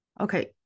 Okay